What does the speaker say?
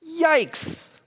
Yikes